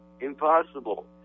impossible